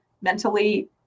mentally